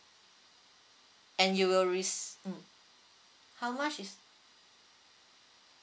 and you will rec~ mm how much is